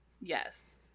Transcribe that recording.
yes